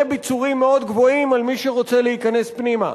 ביצורים מאוד גבוהים על מי שרוצה להיכנס פנימה.